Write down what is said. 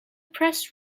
press